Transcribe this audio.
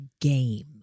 game